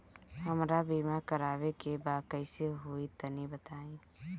हमरा बीमा करावे के बा कइसे होई तनि बताईं?